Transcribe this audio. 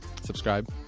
Subscribe